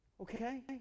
Okay